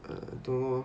I don't know